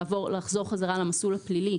לחזור בחזרה למסלול הפלילי,